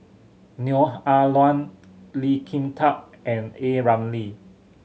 Neo Ah Luan Lee Kin Tat and A Ramli